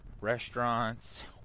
restaurants